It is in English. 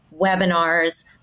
webinars